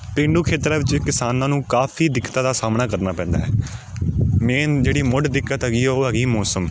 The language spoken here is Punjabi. ਪੇਂਡੂ ਖੇਤਰਾਂ ਵਿੱਚ ਕਿਸਾਨਾਂ ਨੂੰ ਕਾਫੀ ਦਿੱਕਤਾਂ ਦਾ ਸਾਹਮਣਾ ਕਰਨਾ ਪੈਂਦਾ ਹੈ ਮੇਨ ਜਿਹੜੀ ਮੁੱਢ ਦਿੱਕਤ ਹੈਗੀ ਉਹ ਹੈਗੀ ਮੌਸਮ